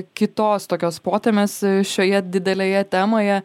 kitos tokios potemės šioje didelėje temoje